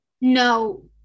No